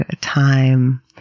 time